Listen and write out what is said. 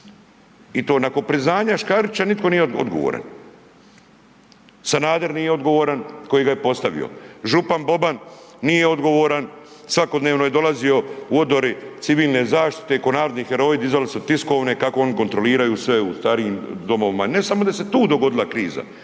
I to nakon priznanja Škarića nitko nije odgovoran. Sanader nije odgovoran koji ga je postavio, župan Boban nije odgovoran svakodnevno je dolazio u odori civilne zaštite, ko narodni heroji dizali su tiskovne kako oni kontroliraju sve u starijim domovima. Ne samo da se tu dogodila kriza,